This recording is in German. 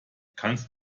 kannst